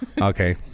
Okay